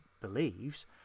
believes